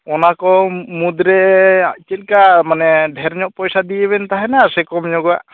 ᱚᱱᱟ ᱠᱚ ᱢᱩᱫᱽ ᱨᱮ ᱪᱮᱫ ᱞᱮᱠᱟ ᱢᱟᱱᱮ ᱰᱷᱮᱨ ᱧᱚᱜ ᱯᱚᱭᱥᱟ ᱫᱤᱭᱮ ᱵᱮᱱ ᱛᱟᱦᱮᱱᱟ ᱥᱮ ᱠᱚᱢ ᱧᱚᱜᱟᱜ